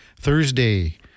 Thursday